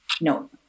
No